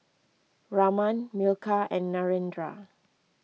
Raman Milkha and Narendra